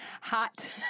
hot